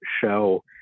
show